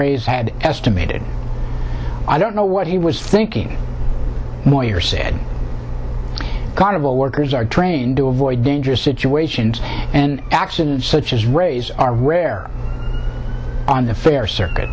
raise had estimated i don't know what he was thinking more your say carnival workers are trained to avoid dangerous situations and actions such as raise are rare on the fair circuit